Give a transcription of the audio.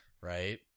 Right